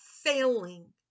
failing